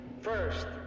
first